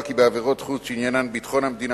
כי בעבירות חוץ שעניינן ביטחון המדינה,